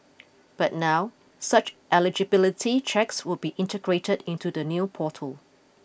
but now such eligibility checks would be integrated into the new portal